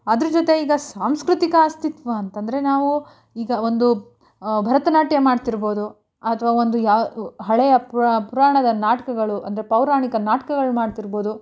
ಅದ್ರ ಜೊತೆ ಈಗ ಸಾಂಸ್ಕೃತಿಕ ಅಸ್ತಿತ್ವ ಅಂತ ಅಂದ್ರೆ ನಾವು ಈಗ ಒಂದು ಭರತನಾಟ್ಯ ಮಾಡ್ತಿರ್ಬೋದು ಅಥವಾ ಒಂದು ಯಾವ ಹಳೆಯ ಪುರಾಣದ ನಾಟಕಗಳು ಅಂದರೆ ಪೌರಾಣಿಕ ನಾಟ್ಕಗಳು ಮಾಡ್ತಿರ್ಬೋದು